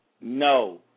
No